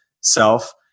self